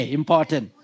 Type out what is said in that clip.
important